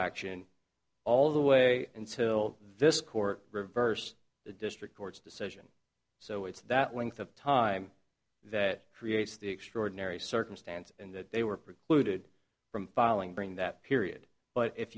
action all the way until this court reversed the district court's decision so it's that length of time that creates the extraordinary circumstance and that they were precluded from filing bring that period but if